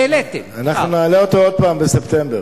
העליתם, אנחנו נעלה אותו עוד פעם בספטמבר.